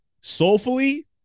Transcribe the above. soulfully